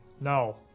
No